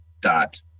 dot